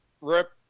Rip